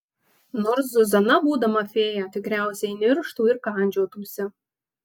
nors zuzana būdama fėja tikriausiai nirštų ir kandžiotųsi